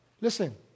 Listen